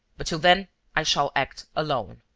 but till then i shall act alone.